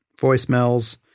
voicemails